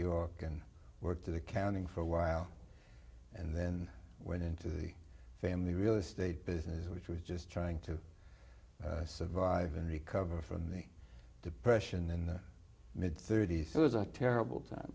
york and worked to the counting for a while and then went into the family real estate business which was just trying to survive and recover from the depression in the mid thirty's it was a terrible time